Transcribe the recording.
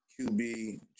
qb